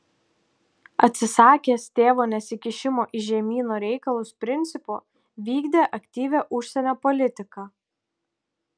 atsisakęs tėvo nesikišimo į žemyno reikalus principo vykdė aktyvią užsienio politiką